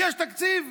יש תקציב,